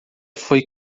foi